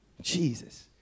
Jesus